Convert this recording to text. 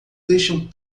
deixam